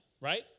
right